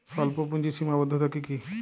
স্বল্পপুঁজির সীমাবদ্ধতা কী কী?